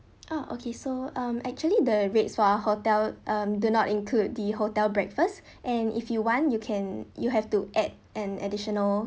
oh okay so um actually the rates for our hotel um do not include the hotel breakfast and if you want you can you have to add an additional